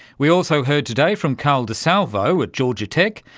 we also heard today from carl disalvo at georgia tech,